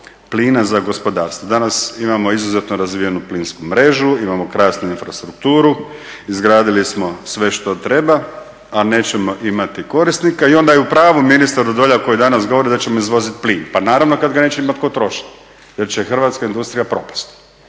za gospodarstvo. Danas imamo izuzetno razvijenu plinsku mrežu, imamo krasnu infrastrukturu, izgradili smo sve što treba a nećemo imati korisnika. I onda je u pravu ministar Vrdoljak koji danas govori da ćemo izvoziti plin pa naravno kada ga neće imati tko trošiti jer će hrvatska industrija propasti